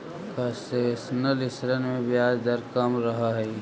concessional ऋण में ब्याज दर कम रहऽ हइ